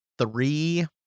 three